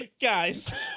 guys